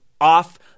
off